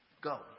Go